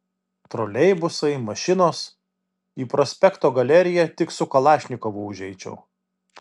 troleibusai mašinos į prospekto galeriją tik su kalašnikovu užeičiau